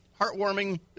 heartwarming